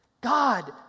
god